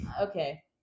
okay